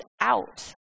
out